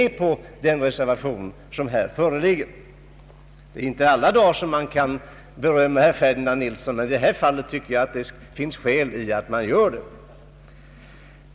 Det är inte alla dagar jag kan berömma herr Ferdinand Nilsson, men i det här fallet tycker jag att det finns skäl att göra det.